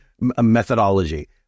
methodology